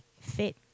fit